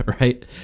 right